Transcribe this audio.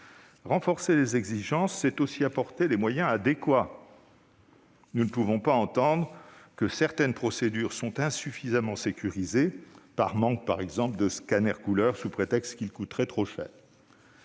Renforcer les exigences, c'est aussi apporter des moyens adéquats : nous ne pouvons pas entendre que certaines procédures sont insuffisamment sécurisées en raison du manque d'un scanner couleur, qui serait trop cher